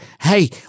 Hey